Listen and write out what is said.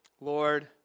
Lord